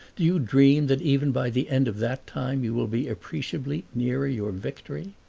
you dream that even by the end of that time you will be appreciably nearer your victory?